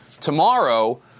tomorrow